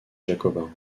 jacobins